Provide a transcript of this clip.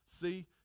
See